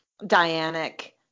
Dianic